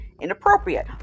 inappropriate